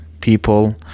people